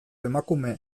emakume